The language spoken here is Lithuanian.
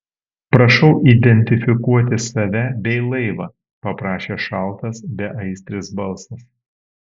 prašau identifikuoti save bei laivą paprašė šaltas beaistris balsas